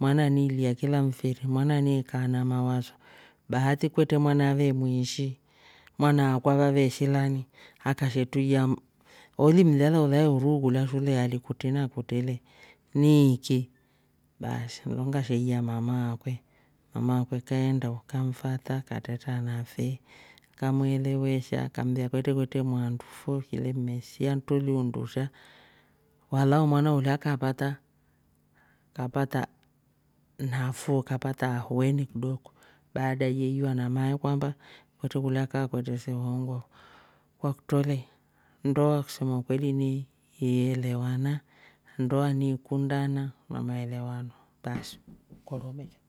mwana ni ilia kila mfiri, mwana ni ikaa na mawaso bahati kwetre mwana avee muishi mwana akwa vavevishilani akashe tuia oli mlya laulae uruu kulya shule ali kutri na kutri ni iki? Baasi nlo ngasheiya mamaa akwe, mamaa akwe keenda kamfata katreta nafe kamuelewesha kambia kwetre kwetre mwaandu fo fileme siaa tuliundusha walau mwana ulya kapata- kapata nafuu kapata ahueni kidoko baada ye iywa na mae kwamab kwetre kulya kaa kwetre se uhongo, kwakutro le ndoa kusema ukweli ni ielewana ndoa ni ikundana na maelewano ukoro umesha